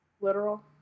Literal